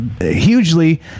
hugely